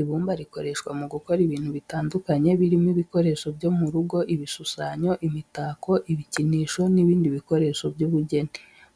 Ibumba rikoreshwa mu gukora ibintu bitandukanye birimo: ibikoresho byo mu rugo, ibishushanyo, imitako, ibikinisho, n'ibindi bikoresho by'ubugeni.